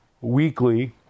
weekly